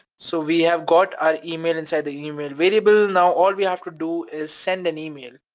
so we have got our email inside the email variable. now all we have to do is send an email.